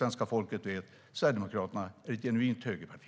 Svenska folket vet: Sverigedemokraterna är ett genuint högerparti.